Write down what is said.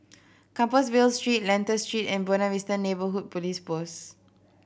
Compassvale Street Lentor Street and Buona Vista Neighbourhood Police Post